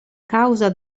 causa